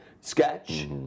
sketch